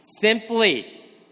Simply